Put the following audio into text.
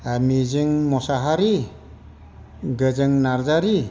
मिजिं मोसाहारि गोजों नार्जारि